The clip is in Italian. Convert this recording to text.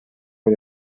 con